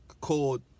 called